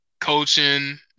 Coaching